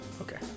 okay